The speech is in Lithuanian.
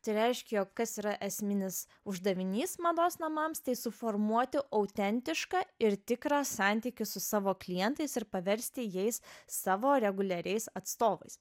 tai reiškia jog kas yra esminis uždavinys mados namams tai suformuoti autentišką ir tikrą santykį su savo klientais ir paversti jais savo reguliariais atstovais